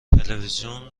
تلویزیون